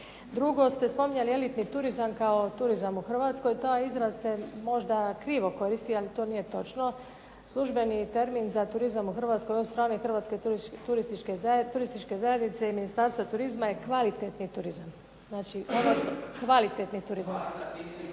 Drugo ste spominjali elitni turizam kao turizam u Hrvatskoj, taj izraz se možda krivo koristi, ali to nije točno. Službeni termin za turizam u Hrvatskoj od strane Hrvatske turističke zajednice i Ministarstva turizma je kvalitetni turizam. Znači …/Ne razumije se./… kvalitetni turizam.